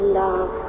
love